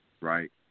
Right